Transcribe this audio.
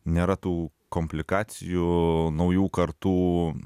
nėra tų komplikacijų naujų kartų